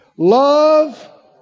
Love